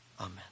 Amen